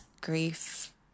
grief